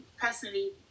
personally